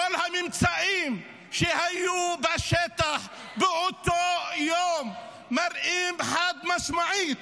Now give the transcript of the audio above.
כל הממצאים שהיו בשטח באותו יום מראים חד-משמעית